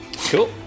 Cool